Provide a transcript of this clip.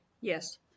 yes